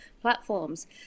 platforms